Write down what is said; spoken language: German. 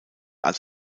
als